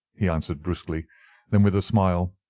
he answered, brusquely then with a smile,